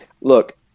look